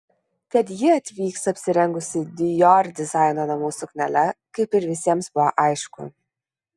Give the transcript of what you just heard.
kad ji atvyks apsirengusi dior dizaino namų suknele kaip ir visiems buvo aišku